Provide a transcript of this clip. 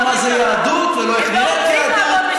לא מה זה יהדות ולא איך נראית יהדות,